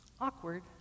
Awkward